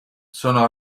sono